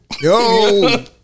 Yo